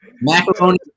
Macaroni